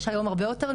שנפתחת היום הרבה יותר,